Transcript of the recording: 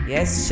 Yes